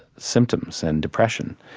symptoms and depression.